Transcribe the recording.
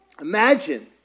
Imagine